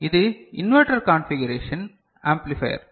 இது inverter configuration amplifier